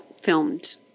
filmed